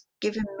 Given